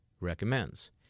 recommends